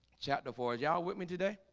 chapter four y'all with me today?